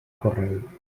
correu